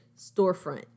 storefront